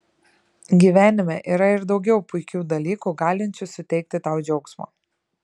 gyvenime yra ir daugiau puikių dalykų galinčių suteikti tau džiaugsmo